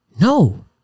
No